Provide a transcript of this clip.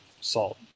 salt